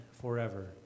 forever